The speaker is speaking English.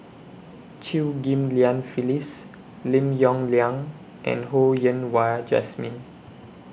Chew Ghim Lian Phyllis Lim Yong Liang and Ho Yen Wah Jesmine